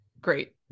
Great